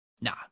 nah